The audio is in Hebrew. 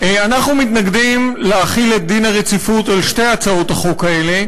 אנחנו מתנגדים להחלת דין הרציפות על שתי הצעות החוק האלה.